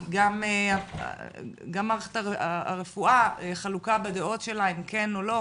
כי גם מערכת הרפואה חלוקה בדעות שלה אם כן או לא,